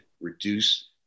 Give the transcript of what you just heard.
reduce